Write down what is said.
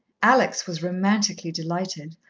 alex was romantically delighted,